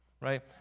right